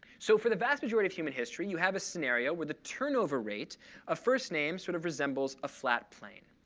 so for the vast majority of human history, you have a scenario where the turnover rate of first names sort of resembles a flat plane.